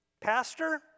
Pastor